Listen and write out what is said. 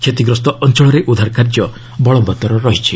କ୍ଷତିଗ୍ରସ୍ତ ଅଞ୍ଚଳରେ ଉଦ୍ଧାର କାର୍ଯ୍ୟ ବଳବତ୍ତର ରହିଛି